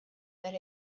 that